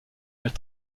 elle